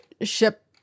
ship